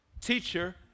teacher